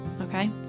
Okay